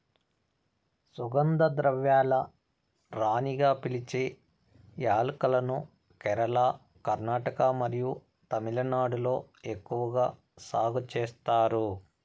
సుగంధ ద్రవ్యాల రాణిగా పిలిచే యాలక్కులను కేరళ, కర్ణాటక మరియు తమిళనాడులో ఎక్కువగా సాగు చేస్తారు